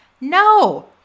No